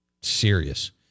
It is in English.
serious